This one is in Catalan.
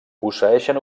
posseeixen